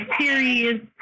series